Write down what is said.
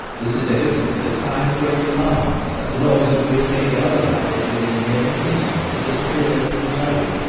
this is evidently a sign of great alarm, at the noise of which any other rabbit within hearing in stantly disappears in the bury.